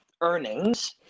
earnings